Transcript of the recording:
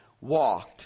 walked